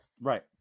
Right